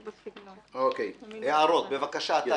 הערות, בבקשה.